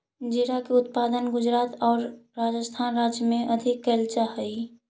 जीरा के उत्पादन गुजरात आउ राजस्थान राज्य में अधिक कैल जा हइ